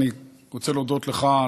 אני רוצה להודות לך,